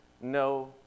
No